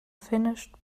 finished